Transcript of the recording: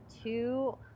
two